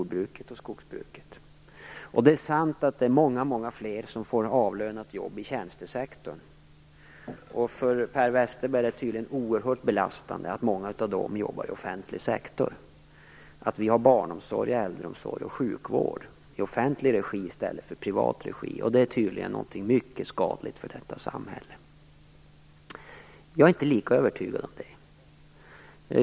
Det är sant att många fler får avlönat jobb i tjänstesektorn, och för Per Westerberg är det tydligen oerhört belastande att många av dem jobbar i offentlig sektor, att vi har barnomsorg, äldreomsorg och sjukvård i offentlig regi i stället för i privat. Detta är tydligen någonting mycket skadligt för samhället. Jag är inte lika övertygad om det.